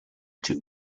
two